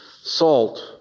Salt